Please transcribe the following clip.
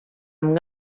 amb